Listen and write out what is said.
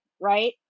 right